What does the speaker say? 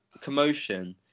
commotion